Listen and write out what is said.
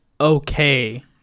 okay